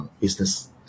business